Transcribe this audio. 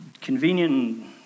convenient